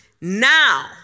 Now